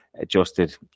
adjusted